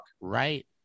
Right